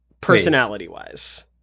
personality-wise